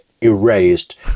erased